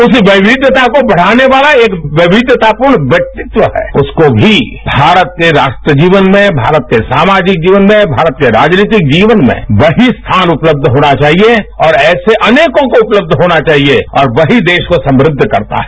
उस विविधता को बढ़ाने वाला एक विविधतापूर्ण व्यक्तित्व है उसको भी भास्त के राष्ट्रीय जीवन में भारत के सामाजिक जीवन में भारत के राजनीतिक जीवन में वही स्थान उपलब्ध होना चाहिए और ऐसे अनेकों को उपलब्ध होना चाहिए और वही देश को समृद्ध करता है